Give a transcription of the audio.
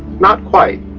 not quite,